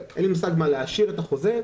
להעשיר את החוזה,